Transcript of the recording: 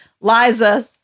Liza